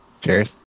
Cheers